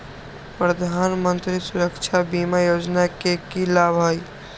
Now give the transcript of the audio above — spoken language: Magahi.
प्रधानमंत्री सुरक्षा बीमा योजना के की लाभ हई?